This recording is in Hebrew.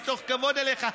מתוך כבוד אליך.